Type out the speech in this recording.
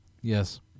Yes